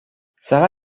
sara